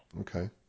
okay